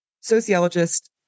sociologist